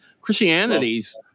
Christianity's